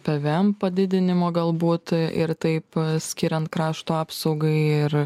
p v em padidinimo galbūt ir taip skiriant krašto apsaugai ir